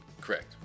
Correct